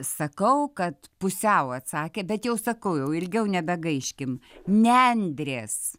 sakau kad pusiau atsakėt bet jau sakau jau ilgiau nebegaiškim nendrės